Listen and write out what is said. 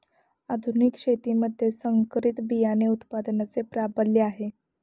आधुनिक शेतीमध्ये संकरित बियाणे उत्पादनाचे प्राबल्य आहे